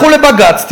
לכו לבג"ץ,